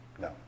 No